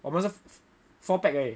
我们是 four peg 而已